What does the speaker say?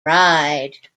ride